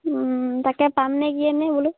তাকে পামনে কিয়েনে বোলো